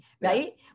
right